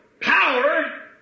power